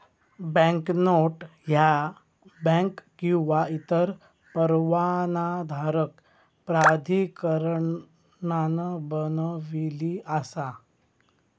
banknote ह्या bank किंवा इतर परवानाधारक प्राधिकरणान बनविली असा